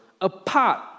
apart